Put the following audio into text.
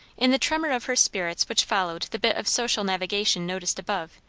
in the tremor of her spirits which followed the bit of social navigation noticed above,